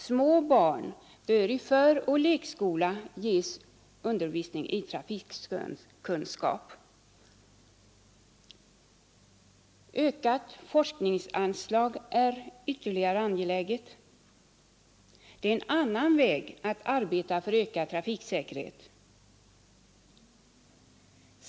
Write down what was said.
Små barn bör i föroch lekskola ges undervisning i trafikkunskap. Ökat forskningsanslag är ytterligt angeläget; det är en annan väg att arbeta för ökad trafiksäkerhet.